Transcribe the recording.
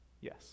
Yes